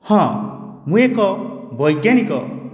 ହଁ ମୁଁ ଏକ ବୈଜ୍ଞାନିକ